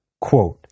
Quote